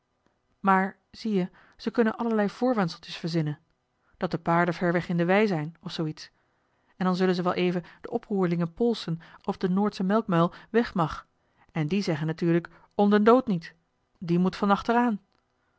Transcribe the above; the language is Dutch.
maar zie-je ze kunnen allerlei voorwendseltjes verzinnen dat de paarden ver weg in de wei zijn of zoo iets en dan zullen ze wel even de oproerlingen polsen of de noordsche melkmuil weg mag en die zeggen natuurlijk om den dood niet die moet